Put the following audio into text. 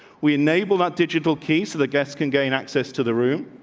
we enable that digital key so the guests can gain access to the room,